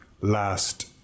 last